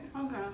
okay